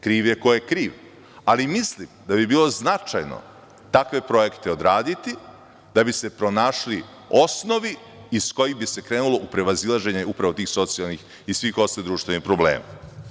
Kriv je ko je kriv, ali mislim da bi bilo značajno takve projekte odraditi da bi se pronašli osnovi iz kojih bi se krenulo u prevazilaženje upravo tih socijalnih i svih ostalih društvenih problema.